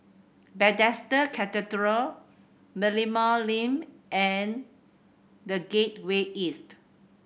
Bethesda Cathedral Merlimau Lane and The Gateway East